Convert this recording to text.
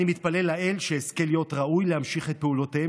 אני מתפלל לאל שאזכה להיות ראוי להמשיך את פעולותיהם